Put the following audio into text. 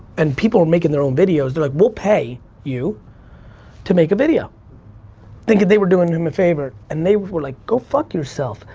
and people were making their own videos. they're like we'll pay you to make a video thinking they were doing him a favor. and they were like go fuck yourself.